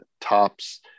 Tops